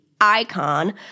Icon